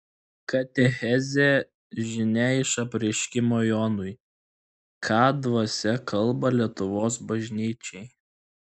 katechezė žinia iš apreiškimo jonui ką dvasia kalba lietuvos bažnyčiai